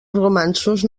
romanços